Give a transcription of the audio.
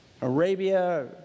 Arabia